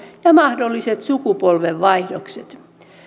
ja mahdolliset sukupolvenvaihdokset